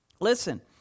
Listen